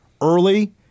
early